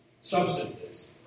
substances